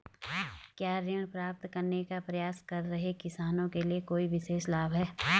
क्या ऋण प्राप्त करने का प्रयास कर रहे किसानों के लिए कोई विशेष लाभ हैं?